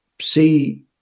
see